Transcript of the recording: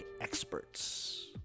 experts